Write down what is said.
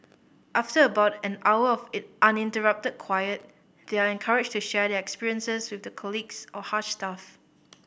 after about an hour of it uninterrupted quiet they are encouraged to share their experiences with their colleagues or Hush staff